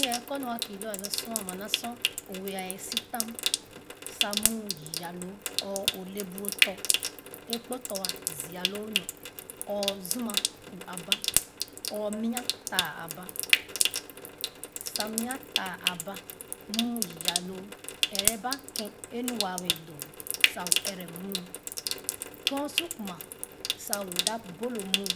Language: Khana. Lo yee kɔ lo akii lo alo sua ama naa sor o wee sitam sa muu yii aloo or o le bu o tɔ akpo tɔ̄a sia loo nu or zima ku aba or nwa taa"aba sa mia taa aba muu yii a loo ɛrɛ ken e nu waa wɛɛ doo sa o ɛrɛ muu ken o su kuma sa o dap bu lo muu